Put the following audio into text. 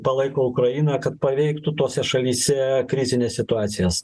palaiko ukrainą kad paveiktų tose šalyse krizines situacijas